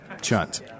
chunt